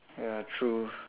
ya true